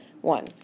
one